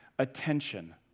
attention